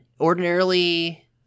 ordinarily